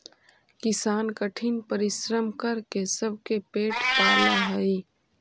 किसान कठिन परिश्रम करके सबके पेट पालऽ हइ